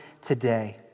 today